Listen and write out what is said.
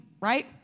right